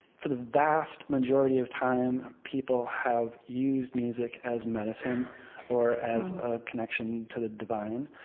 for the vast majority of time people have used music as medicine or as a connection to the divine